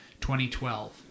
2012